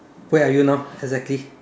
where are you now exactly